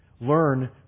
Learn